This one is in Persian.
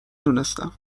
دونستم